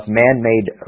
man-made